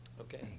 Okay